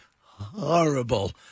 horrible